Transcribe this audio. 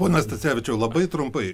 ponas stacevičiau labai trumpai